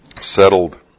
settled